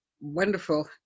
wonderful